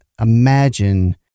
imagine